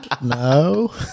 no